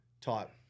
type